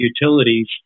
utilities